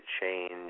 change